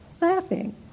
laughing